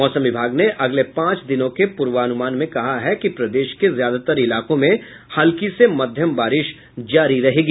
मौसम विभाग ने अगले पांच दिनों के पुर्वानुमान में कहा है कि प्रदेश के ज्यादातर इलाकों में हल्की से मध्यम बारिश जारी रहेगी